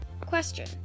question